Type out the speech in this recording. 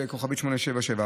אז ב-*8787.